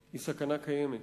היא סכנה קיימת.